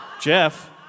Jeff